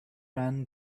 ran